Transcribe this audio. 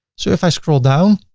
so if i scroll down,